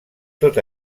tot